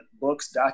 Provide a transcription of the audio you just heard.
books